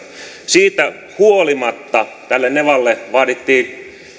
siitä huolimatta tälle nevalle vaadittiin erilaisia